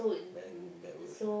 bend backwards ah